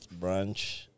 brunch